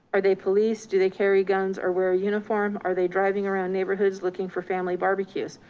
are they police? do they carry guns or wear a uniform? are they driving around neighborhoods looking for family barbecues?